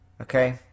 Okay